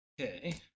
Okay